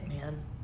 man